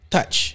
Touch